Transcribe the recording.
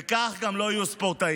וכך גם לא יהיו ספורטאים.